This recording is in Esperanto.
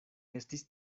estis